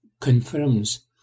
confirms